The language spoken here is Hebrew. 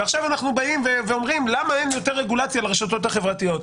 ועכשיו אנחנו באים ואומרים למה אין יותר רגולציה על הרשתות החברתיות.